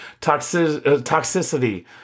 toxicity